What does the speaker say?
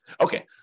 Okay